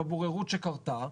בבוררות שקרתה?